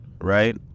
right